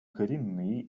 коренные